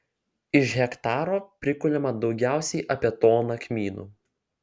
iš hektaro prikuliama daugiausiai apie toną kmynų